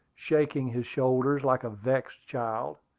shaking his shoulders like a vexed child.